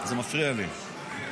זה מפריע לי,